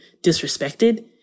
disrespected